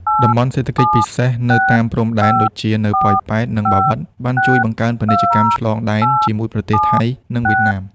តំបន់សេដ្ឋកិច្ចពិសេស នៅតាមព្រំដែន ដូចជានៅប៉ោយប៉ែត និងបាវិត បានជួយបង្កើនពាណិជ្ជកម្មឆ្លងដែនជាមួយប្រទេសថៃ និងវៀតណាម។